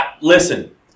listen